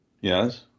Yes